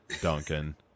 Duncan